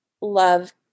love